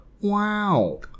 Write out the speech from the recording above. Wow